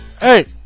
Hey